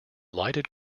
lighted